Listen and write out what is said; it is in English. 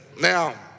Now